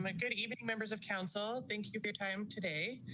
um good evening, members of council. thank you for your time today.